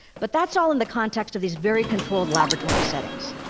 but that's all in the context of these very controlled laboratory settings.